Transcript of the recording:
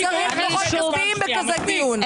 צריך דוחות כספיים בכזה דיון.